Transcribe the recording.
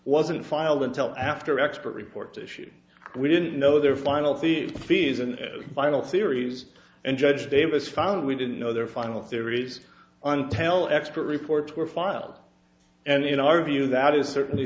wasn't filed until after expert reports issued we didn't know their final the season final series and judge davis found we didn't know their final theory on pell expert reports were filed and in our view that is certainly